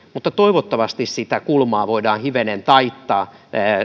mutta toivottavasti sitä kulmaa voidaan hivenen taittaa